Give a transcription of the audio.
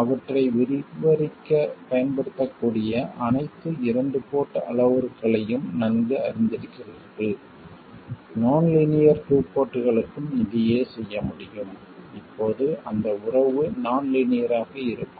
அவற்றை விவரிக்கப் பயன்படுத்தக்கூடிய அனைத்து இரண்டு போர்ட் அளவுருக்களையும் நன்கு அறிந்திருக்கிறீர்கள் நான் லீனியர் டூ போர்ட்களுக்கும் இதையே செய்ய முடியும் இப்போது அந்த உறவு நான் லீனியர் ஆக இருக்கும்